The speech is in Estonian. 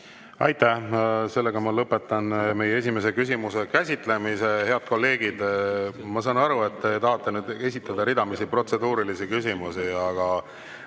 Aitäh! Lõpetan esimese küsimuse käsitlemise. Head kolleegid, ma saan aru, et te tahate esitada ridamisi protseduurilisi küsimusi, aga